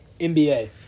NBA